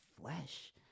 flesh